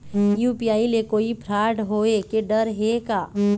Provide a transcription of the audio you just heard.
UPI ले कोई fraud होए के डर हे का?